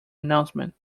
announcement